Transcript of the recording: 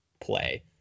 play